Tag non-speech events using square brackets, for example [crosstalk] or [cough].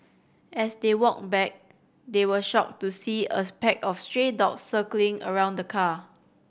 as they walked back they were shocked to see a [unintelligible] pack of stray dogs circling around the car